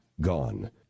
gone